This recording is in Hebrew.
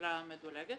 בצורה מדורגת.